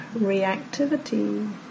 reactivity